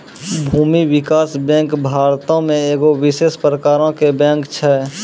भूमि विकास बैंक भारतो मे एगो विशेष प्रकारो के बैंक छै